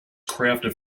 crafted